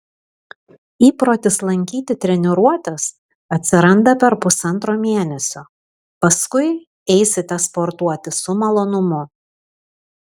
įprotis lankyti treniruotes atsiranda per pusantro mėnesio paskui eisite sportuoti su malonumu